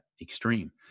extreme